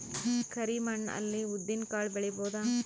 ಕರಿ ಮಣ್ಣ ಅಲ್ಲಿ ಉದ್ದಿನ್ ಕಾಳು ಬೆಳಿಬೋದ?